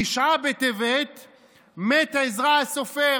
בתשעה בטבת מת עזרא הסופר.